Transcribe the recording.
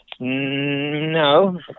No